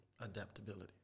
adaptability